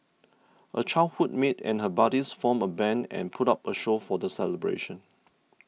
a childhood mate and her buddies formed a band and put up a show for the celebration